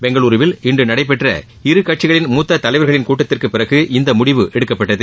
பெங்களுருவில் இன்று நடைபெற்ற இருகட்சிகளின் மூத்த தலைவர்களின் கூட்டத்திற்கு பிறகு இந்த முடிவு எடுக்கப்பட்டது